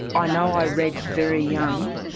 ah know i read very young,